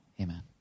Amen